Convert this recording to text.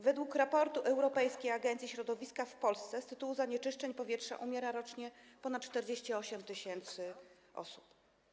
Według raportu Europejskiej Agencji Środowiska w Polsce z tytułu zanieczyszczeń powietrza umiera rocznie ponad 48 tys. osób.